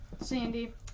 Sandy